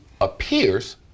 appears